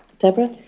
deborah?